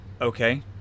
Okay